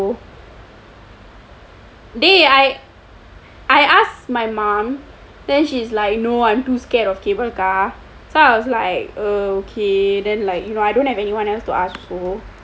I asked my mom then she's like no I'm too scared of cable car so I was like ok then like you know I don't have any one else to ask also